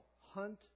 hunt